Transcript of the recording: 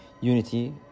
unity